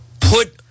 put